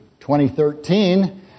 2013